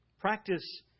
Practice